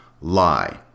lie